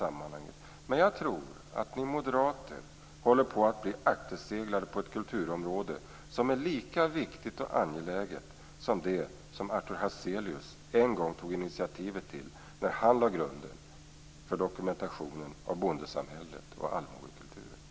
Jag tror att ni moderater håller på att bli akterseglade på ett kulturområde som är lika angeläget som det som Artur Hazelius en gång tog initiativet till när han lade grunden till dokumentationen av bondesamhället och allmogekulturen. Fru talman!